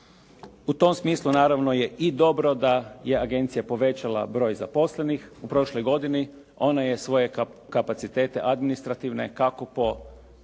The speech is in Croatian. U tom smislu naravno je i dobro da je agencija povećala broj zaposlenih u prošloj godini. Ona je svoje kapacitete administrativne, kako po